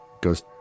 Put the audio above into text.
goes